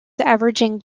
averaging